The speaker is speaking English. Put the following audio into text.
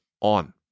on